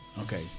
Okay